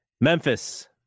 Memphis